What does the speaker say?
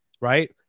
Right